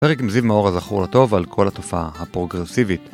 פרק מזיו מאור הזכרו לטוב על כל התופעה הפרוגרסיבית